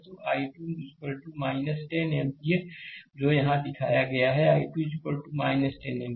तो I2 10 ampere जो यहाँ दिखाया गया है I2 10 एम्पीयर